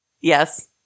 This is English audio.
Yes